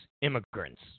immigrants